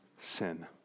Sin